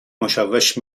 مشوش